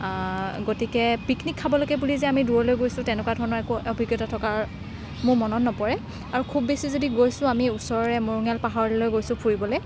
গতিকে পিকনিক খাবলৈকে বুলি যে আমি দূৰলৈ গৈছোঁ তেনেকুৱা ধৰণৰ অভিজ্ঞতা থকা মোৰ মনত নপৰে আৰু খুব বেছি যদি গৈছোঁ আমি ওচৰৰে মৰঙীয়াল পাহাৰলৈ গৈছোঁ ফুৰিবলৈ